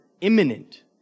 imminent